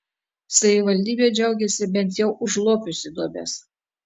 savivaldybė džiaugiasi bent jau užlopiusi duobes